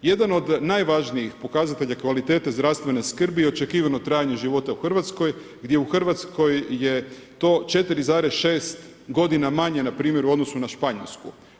Jedan od najvažnijih pokazatelja kvalitete zdravstvene skrbi je očekivano trajanje života u Hrvatskoj gdje u Hrvatskoj je to 4,6 godina manje npr. u odnosu na Španjolsku.